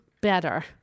better